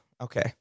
okay